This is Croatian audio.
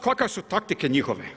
Kakve su taktike njihove?